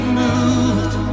moved